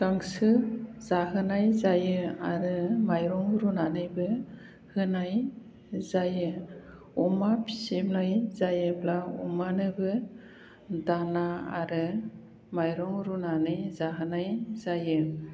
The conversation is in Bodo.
गांसो जाहोनाय जायो आरो माइरं रुनानैबो होनाय जायो अमा फिसिनाय जायोब्ला अमानोबो दाना आरो माइरं रुनानै जाहोनाय जायो